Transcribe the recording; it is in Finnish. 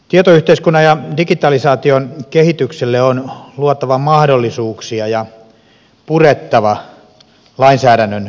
tietoyhteiskunnan ja digitalisaation kehitykselle on luotava mahdollisuuksia ja on purettava lainsäädännön esteitä